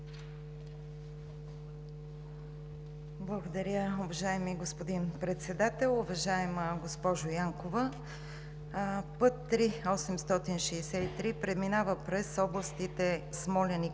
Благодаря, уважаеми господин Председател. Уважаема госпожо Янкова, път III-863 преминава през областите Смолян